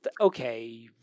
okay